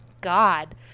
God